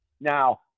Now